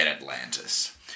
Atlantis